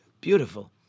Beautiful